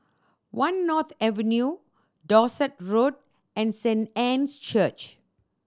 One North Avenue Dorset Road and Saint Anne's Church